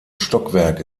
stockwerk